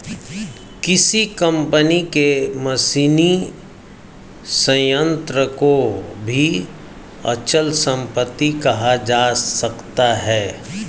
किसी कंपनी के मशीनी संयंत्र को भी अचल संपत्ति कहा जा सकता है